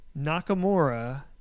Nakamura